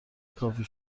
کافی